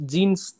Jeans